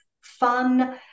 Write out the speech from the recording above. fun